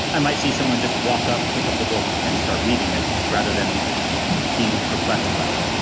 i might see someone just walk up, pick up the book and start reading it rather than being perplexed by it